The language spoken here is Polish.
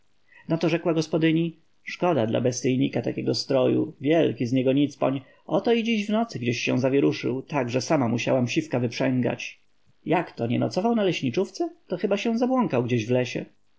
na to rzekła gospodyni szkoda dla bestyjnika takiego stroju wielki z niego nicpoń oto i dziś w nocy gdzieś się zawieruszył tak że sama musiałam siwka wyprzęgać jakto nie nocował na leśniczówce to chyba się zabłąkał gdzie w lesie